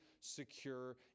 secure